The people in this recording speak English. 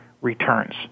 returns